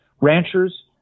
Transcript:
Ranchers